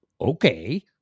Okay